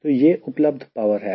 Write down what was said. तो यह उपलब्ध पावर है